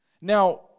Now